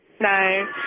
No